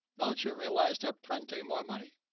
not sure realized that printing more money.